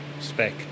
spec